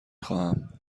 خواهم